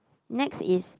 next is